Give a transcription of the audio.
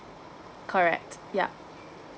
correct yeah